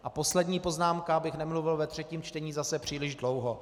A poslední poznámka, abych nemluvil ve třetím čtení zase příliš dlouho.